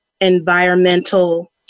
environmental